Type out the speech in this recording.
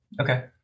Okay